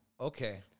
Okay